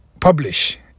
publish